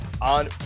on